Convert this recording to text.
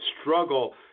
struggle